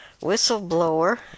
whistleblower